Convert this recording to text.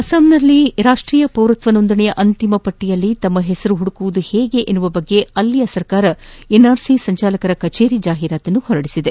ಅಸ್ಪಾಂನಲ್ಲಿ ರಾಷ್ಟೀಯ ಪೌರತ್ವ ನೋಂದಣಿಯ ಅಂತಿಮ ಪಟ್ಟಿಯಲ್ಲಿ ತಮ್ಮ ಹೆಸರನ್ನು ಹುದುಕುವುದು ಹೇಗೆ ಎಂಬ ಬಗ್ಗೆ ಅಲ್ಲಿಯ ಸರ್ಕಾರ ಎನ್ಆರ್ಸಿ ಸಂಚಾಲಕರ ಕಚೇರಿ ಜಾಹಿರಾತನ್ನು ನೀಡಿದೆ